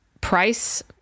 price